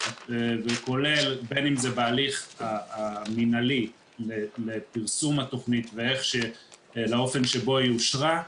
כולל בין אם זה בהליך המינהלי לפרסום התכנית ולאופן שבו היא אושרה,